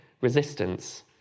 resistance